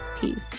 Peace